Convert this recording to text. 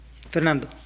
Fernando